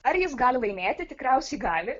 ar jis gali laimėti tikriausiai gali